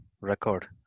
record